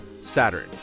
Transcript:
Saturn